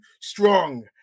strong